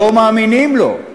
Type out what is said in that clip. לא מאמינים לו.